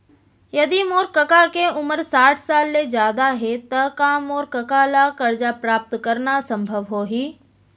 यदि मोर कका के उमर साठ साल ले जादा हे त का मोर कका ला कर्जा प्राप्त करना संभव होही